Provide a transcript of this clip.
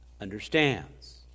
understands